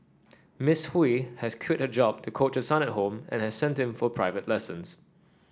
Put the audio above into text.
Miss Hui has quit her job to coach her son at home and has sent him for private lessons